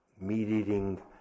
meat-eating